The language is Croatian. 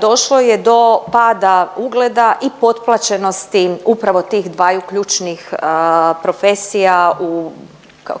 Došlo je do pada ugleda i potplaćenosti upravo tih dvaju ključnih profesija,